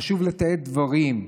חשוב לתעד דברים,